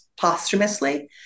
posthumously